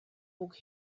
book